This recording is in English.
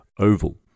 oval